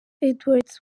edwards